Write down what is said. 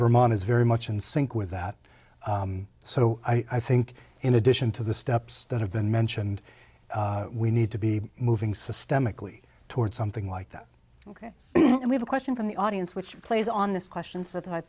vermont is very much in sync with that so i think in addition to the steps that have been mentioned we need to be moving systemically toward something like that ok we have a question from the audience which plays on this questions that i